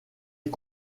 est